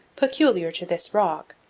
peculiar to this rock,